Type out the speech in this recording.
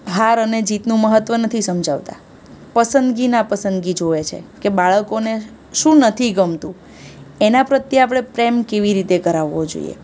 હાર અને જીતનું મહત્ત્વ નથી સમજાવતા પસંદગી નાપસંદગી જુએ છે કે બાળકોને શું નથી ગમતું એના પ્રત્યે આપણે પ્રેમ કેવી રીતે કરાવવો જોઈએ